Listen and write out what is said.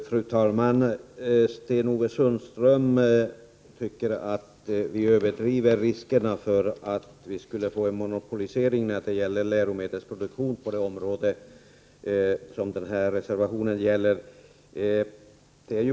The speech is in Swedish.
Fru talman! Sten-Ove Sundström tycker att vi överdriver riskerna för att få en monopolisering av läromedelsproduktionen på det område som reservation 2 gäller.